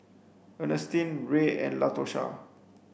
Ernestine Ray and Latosha